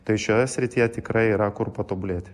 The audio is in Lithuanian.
tai šioje srityje tikrai yra kur patobulėti